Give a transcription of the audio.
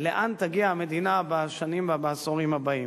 לאן תגיע המדינה בשנים ובעשורים הבאים,